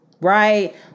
right